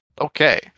Okay